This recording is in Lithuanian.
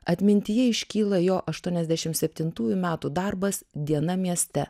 atmintyje iškyla jo aštuoniasdešim septintųjų metų darbas diena mieste